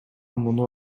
муну